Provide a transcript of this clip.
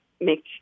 make